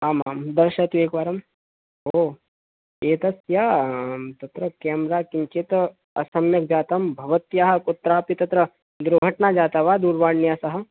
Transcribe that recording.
आम् आं दर्शयतु एकवारम् ओ एतस्य तत्र केमरा किञ्चित् असम्यक् जातं भवत्याः कुत्रापि तत्र दुर्घटना जाता वा दूरवाण्या सह